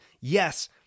Yes